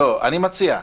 אני מציע.